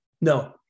no